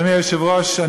אדוני היושב-ראש,